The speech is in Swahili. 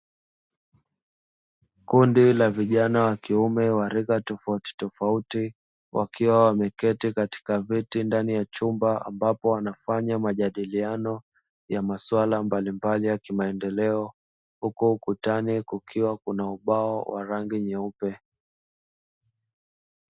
Kundi la vijana wa kiume wa rika tofauti tofauti wakiwa wameketi katika viti ndani ya chumba, ambapo wanafanya majadiliano ya masuala mbalimbali ya kimaendeleo huku ukutani kukiwa kuna ubao wa rangi nyeupe.